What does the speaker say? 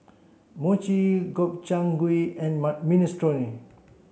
Mochi Gobchang Gui and Minestrone